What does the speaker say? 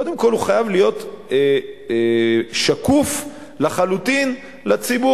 קודם כול הוא חייב להיות שקוף לחלוטין לציבור,